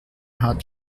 hat